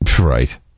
Right